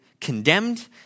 condemned